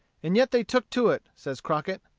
and yet they took to it, says crockett,